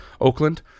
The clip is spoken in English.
Oakland